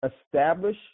establish